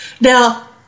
Now